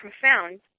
profound